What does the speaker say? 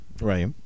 Right